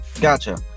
Gotcha